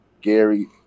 Gary